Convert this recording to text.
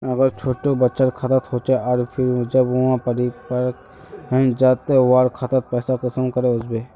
अगर छोटो बच्चार खाता होचे आर फिर जब वहाँ परिपक है जहा ते वहार खातात पैसा कुंसम करे वस्बे?